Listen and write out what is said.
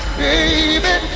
baby